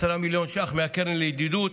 10 מיליון ש"ח מהקרן לידידות.